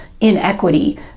inequity